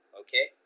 okay